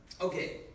okay